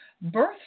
birth